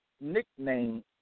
nickname